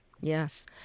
Yes